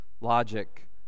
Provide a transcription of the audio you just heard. logic